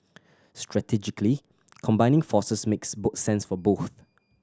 strategically combining forces makes both sense for both